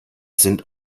sind